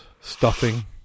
stuffing